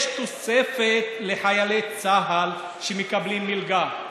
שיש תוספת לחיילי צה"ל שמקבלים מלגה.